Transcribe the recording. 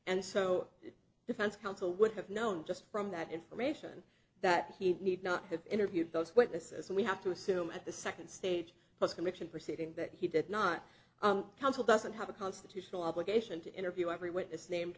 and so define counsel would have known just from that information that he need not have interviewed those witnesses and we have to assume at the second stage post conviction proceeding that he did not counsel doesn't have a constitutional obligation to interview every witness named